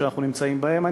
שאנחנו נמצאים בהם,